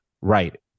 right